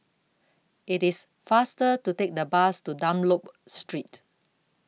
IT IS faster to Take The Bus to Dunlop Street